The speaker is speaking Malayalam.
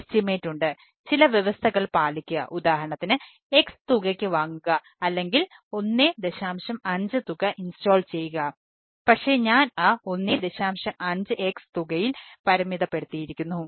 5x തുകയിൽ പരിമിതപ്പെടുത്തിയിരിക്കുന്നു